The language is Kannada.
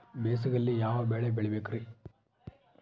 ಬೇಸಿಗೆಯಲ್ಲಿ ಯಾವ ಬೆಳೆ ಬೆಳಿಬೇಕ್ರಿ?